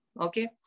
okay